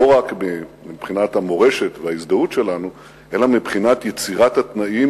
לא רק מבחינת המורשת וההזדהות שלנו אלא מבחינת יצירת התנאים